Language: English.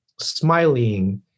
smiling